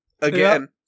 again